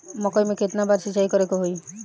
मकई में केतना बार सिंचाई करे के होई?